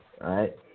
right